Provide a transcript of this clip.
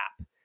app